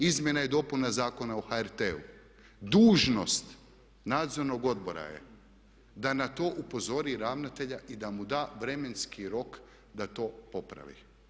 Izmjena i dopuna Zakona o HRT-u, dužnost nadzornog odbora je da na to upozori ravnatelja i da mu da vremenski rok da to popravi.